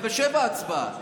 ההצבעה ב-19:00.